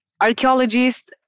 archaeologists